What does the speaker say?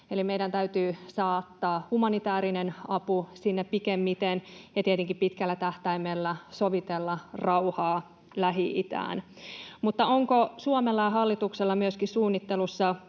meidän täytyy saattaa humanitäärinen apu sinne pikimmiten ja tietenkin pitkällä tähtäimellä sovitella rauhaa Lähi-itään. Mutta onko Suomella ja hallituksella myöskin suunnittelussa